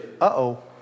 uh-oh